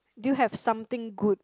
do you have something good